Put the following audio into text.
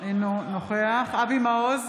אינו נוכח אבי מעוז,